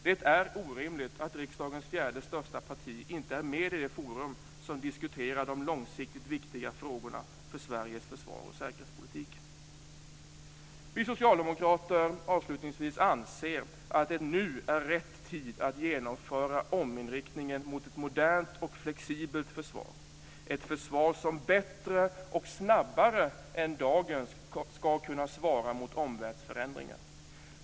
Det är orimligt att riksdagens fjärde största parti inte är med i det forum som diskuterar de långsiktigt viktiga frågorna för Vi socialdemokrater anser avslutningsvis att det nu är rätt tid att genomföra ominriktningen mot ett modernt och flexibelt försvar, ett försvar som bättre och snabbare än dagens ska kunna svara mot omvärldsförändringar.